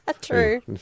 true